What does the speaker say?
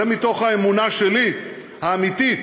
זה מתוך האמונה שלי, האמיתית,